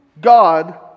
God